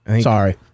Sorry